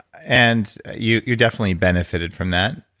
and you you definitely benefited from that.